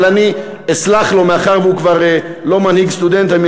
אבל אני אסלח לו מאחר שהוא כבר לא מנהיג סטודנטים,